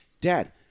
Dad